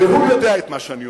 והוא יודע את מה שאני אומר.